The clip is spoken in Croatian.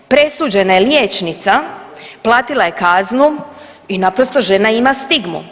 Presuđena je liječnica, platila je kaznu i naprosto žena ima stigmu.